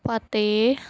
ਪਤੇ